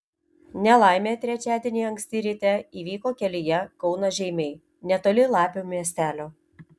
nelaimė trečiadienį anksti ryte įvyko kelyje kaunas žeimiai netoli lapių miestelio